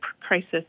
crisis